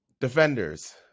Defenders